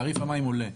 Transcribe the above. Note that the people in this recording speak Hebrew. תעריף המים עולה.